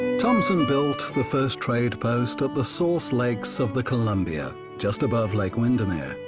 thompson built the first trade post at the source lakes of the columbia, just above lake windermere.